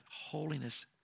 holiness